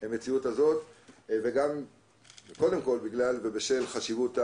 הדיון במציאות הזאת אך קודם כל בשל חשיבות העניין.